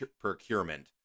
procurement